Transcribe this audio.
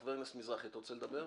חבר הכנסת מזרחי, אתה רוצה לדבר?